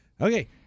Okay